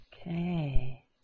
Okay